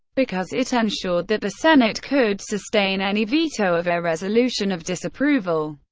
because it ensured that the senate could sustain any veto of a resolution of disapproval.